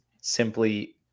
simply